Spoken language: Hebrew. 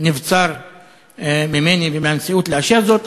נבצר ממני ומהנשיאות לאשר זאת,